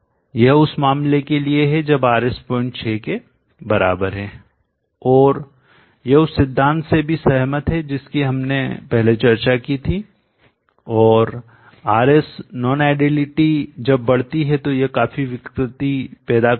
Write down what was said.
यह उस मामले के लिए है जब RS 06 के बराबर है और यह उस सिद्धांत से भी सहमत है जिसकी हमने पहले चर्चा की थी और Rs नोन आइडियलिटी जब बढ़ती है तो यह काफी विकृति पैदा करती है